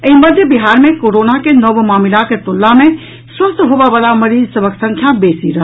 एहि मध्यम बिहार मे कोरोना के नव मामिलाक तुलना मे स्वस्थ होबय वला मरीज सभक संख्या बेसी रहल